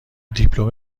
دیپلم